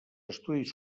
estudis